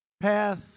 path